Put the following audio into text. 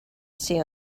see